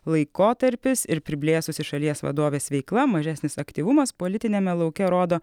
laikotarpis ir priblėsusi šalies vadovės veikla mažesnis aktyvumas politiniame lauke rodo